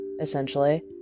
essentially